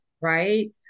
right